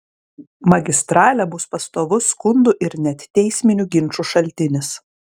magistralė bus pastovus skundų ir net teisminių ginčų šaltinis